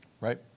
Right